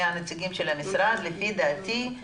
הוצפה פה סוגיה חשובה שאנחנו צריכים לתת עליה את הדעת ולמצוא